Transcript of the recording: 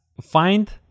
find